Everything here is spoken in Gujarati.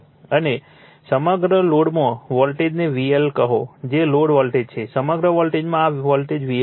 અને સમગ્ર લોડમાં વોલ્ટેજને VL કહો કે લોડ વોલ્ટેજ છે સમગ્ર લોડમાં આ વોલ્ટેજ VL છે